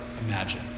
imagine